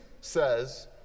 says